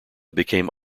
became